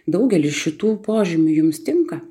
daugelis šitų požymių jums tinka